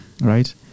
right